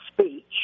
speech